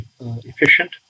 efficient